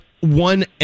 one